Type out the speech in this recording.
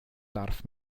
darf